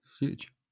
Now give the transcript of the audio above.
huge